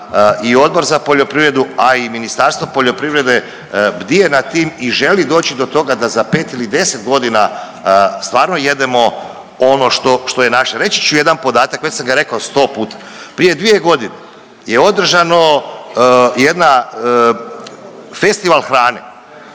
i Odbor za poljoprivredu, a i Ministarstvo poljoprivrede bdije nad tim i želi doći do toga da za 5 ili 10.g. stvarno jedemo ono što, što je naše. Reći ću jedan podatak, već sam ga rekao 100 puta. Prije 2.g. je održano jedna festival hrane,